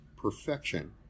perfection